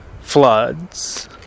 floods